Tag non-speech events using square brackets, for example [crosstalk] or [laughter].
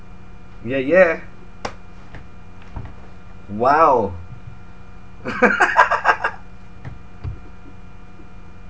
yeah yeah !wow! [laughs]